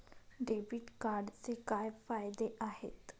Debit कार्डचे काय फायदे आहेत?